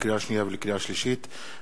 לקריאה שנייה ולקריאה שלישית,